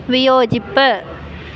വിയോജിപ്പ്